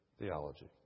theology